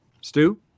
Stu